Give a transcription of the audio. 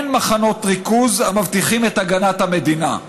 אין מחנות ריכוז המבטיחים את הגנת המדינה.